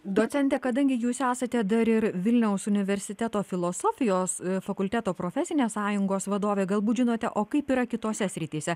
docente kadangi jūs esate dar ir vilniaus universiteto filosofijos fakulteto profesinės sąjungos vadovė galbūt žinote o kaip yra kitose srityse